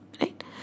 right